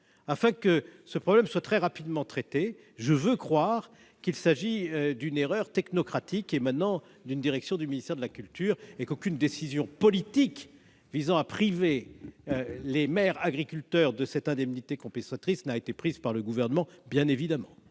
afin que ce problème soit traité très rapidement. Bien évidemment, je veux croire qu'il s'agit d'une erreur technocratique, émanant d'une direction du ministère de la culture, et qu'aucune décision politique visant à priver les maires agriculteurs de cette indemnité compensatoire n'a été prise par le Gouvernement ! La parole est